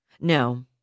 No